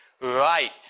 Right